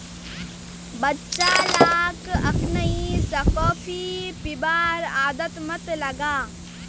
बच्चा लाक अखनइ स कॉफी पीबार आदत मत लगा